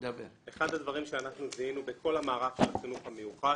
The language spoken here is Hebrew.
אחד הדברים שאנחנו זיהינו בכל המערך בחינוך המיוחד